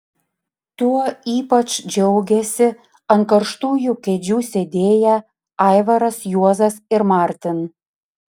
tuo ypač džiaugėsi ant karštųjų kėdžių sėdėję aivaras juozas ir martin